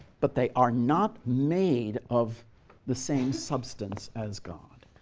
but they are not made of the same substance as god.